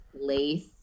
Lace